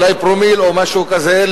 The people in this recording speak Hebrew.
אולי פרומיל או משהו כזה,